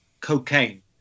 cocaine